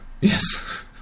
Yes